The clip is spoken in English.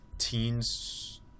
Teens